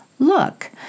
Look